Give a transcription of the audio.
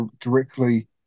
directly